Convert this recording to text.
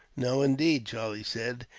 no, indeed, charlie said.